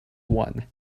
one